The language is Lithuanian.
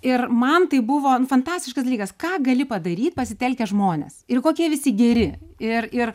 ir man tai buvo nu fantastiškas dalykas ką gali padaryt pasitelkęs žmones ir kokie visi geri ir ir